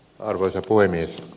arvoisa puhemies